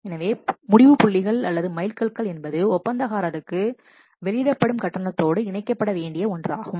எனவே முடிவு புள்ளிகள் அல்லது மைல்கற்கள் என்பது ஒப்பந்தக்காரருக்கு வெளியிடப்படும் கட்டணத்தோடு இணைக்கப்பட வேண்டியது என்று நாம் கூறலாம்